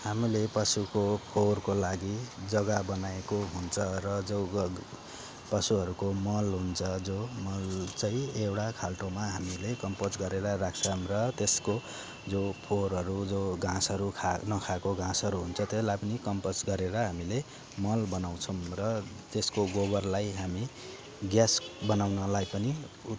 हामीले पशुको फोहोरको लागि जग्गा बनाएको हुन्छ र जो पशुहरूको मल हुन्छ जो मल चाहिँ एउटा खाल्डोमा हामीले कम्पोस्ट गरेर राख्छौँ र त्यसको जो फोहोरहरू जो घाँसहरू खाए नखाएको घाँसहरू हुन्छ त्यसलाई पनि कम्पोस्ट गरेर हामीले मल बनाउछौँ र त्यसको गोबरलाई हामी ग्यास बनाउनलाई पनि